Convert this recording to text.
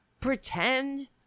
pretend